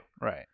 right